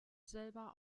selber